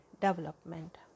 development